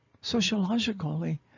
sociologically